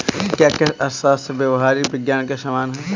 क्या कृषि अर्थशास्त्र व्यावहारिक विज्ञान के समान है?